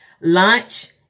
Lunch